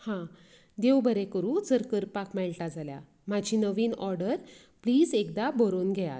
हां देव बरें करूं जर करपाक मेळटा जाल्यार म्हाजी नवीन ऑर्डर प्लीज एकदां बरोवन घेयात